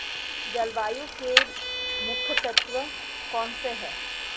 जलवायु के मुख्य तत्व कौनसे हैं?